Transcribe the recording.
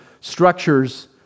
structures